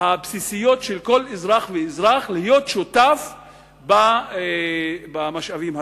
הבסיסיות של כל אזרח ואזרח להיות שותף במשאבים הציבוריים.